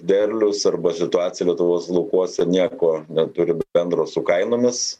derlius arba situacija lietuvos laukuose nieko neturi bendro su kainomis